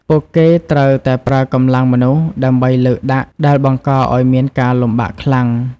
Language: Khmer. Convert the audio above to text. ពួកគេត្រូវតែប្រើកម្លាំងមនុស្ស ដើម្បីលើកដាក់ដែលបង្កឱ្យមានការលំបាកខ្លាំង។